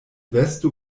vesto